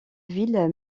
ville